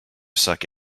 suck